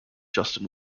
justin